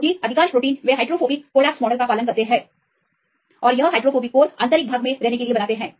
क्योंकि अधिकांश प्रोटीन वे हाइड्रोफोबिक कॉलएप्स मॉडल का पालन करते हैं और यह हाइड्रोफोबिक कोर के आंतरिक भाग में रहने के लिए बनाते हैं